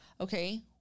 okay